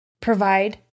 provide